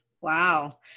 Wow